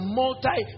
multi